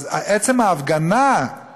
אז עצם ההפגנה,